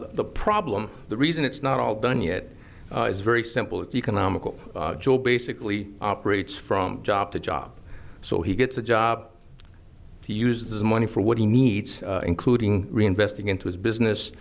the problem the reason it's not all done yet is very simple it's economical joe basically operates from job to job so he gets a job to use the money for what he needs including reinvesting into his business